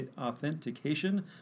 authentication